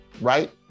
right